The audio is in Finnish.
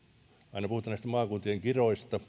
aina puhutaan näistä maakuntien kiroista